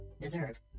deserve